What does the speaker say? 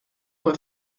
fue